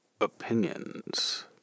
opinions